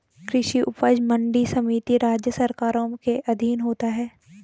कृषि उपज मंडी समिति राज्य सरकारों के अधीन होता है